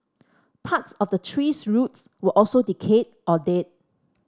parts of the tree's roots were also decayed or dead